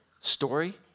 story